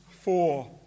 four